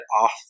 off